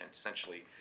essentially